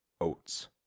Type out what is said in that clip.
oats